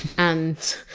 and